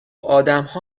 ادمها